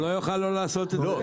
הוא לא יוכל לא לעשות את זה.